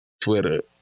Twitter